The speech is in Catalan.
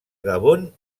gabon